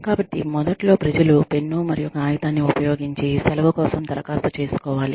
కాబట్టి మొదట్లో ప్రజలు పెన్ను మరియు కాగితాన్ని ఉపయోగించి సెలవు కోసం దరఖాస్తు చేసుకోవాలి